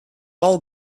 all